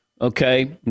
okay